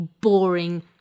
boring